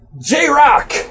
J-Rock